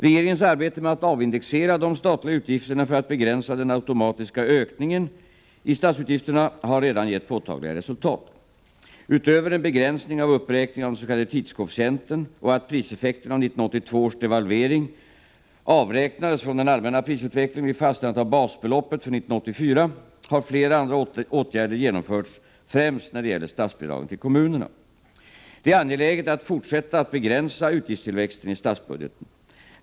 Regeringens arbete med att avindexera de statliga utgifterna för att begränsa den automatiska ökningen i statsutgifterna har redan gett påtagliga resultat. Utöver en begränsning av uppräkningen av den s.k. tidskoefficienten och att priseffekten av 1982 års devalvering avräknades från den allmänna prisutvecklingen vid fastställandet av basbeloppet för 1984, har flera andra åtgärder genomförts, främst när det gäller statsbidragen till kommunerna. Det är angeläget att fortsätta begränsa utgiftstillväxten i statsbudgeten.